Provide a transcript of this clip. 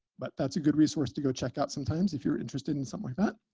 but that's a good resource to go check out sometimes if you're interested in something like that.